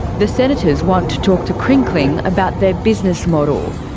the senators want to talk to crinkling about their business model.